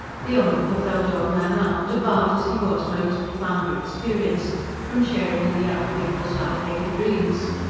the onlooker felt odd man out, debarred as he was by his profounder experience from sharing in the young people's light-legged dreams.